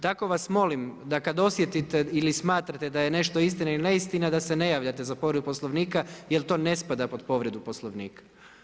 Tako vas molim, da kad osjetite ili smatrate da je nešto istina ili neistina, da se ne javljate za povredu poslovnika, jer to ne spada pod povredu poslovnika.